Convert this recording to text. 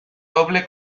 doble